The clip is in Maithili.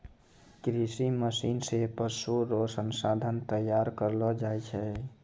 कृषि मशीन से पशु रो संसाधन तैयार करलो जाय छै